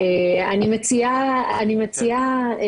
אני מציעה,